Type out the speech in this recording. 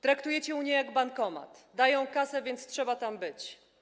Traktujecie Unię jak bankomat: dają kasę, więc trzeba tam być.